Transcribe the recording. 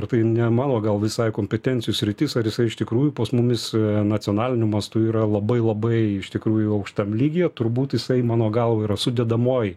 ar tai ne mano gal visai kompetencijų sritis ar jisai iš tikrųjų pas mumis nacionaliniu mastu yra labai labai iš tikrųjų aukštam lygyje turbūt jisai mano galva yra sudedamoji